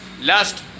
last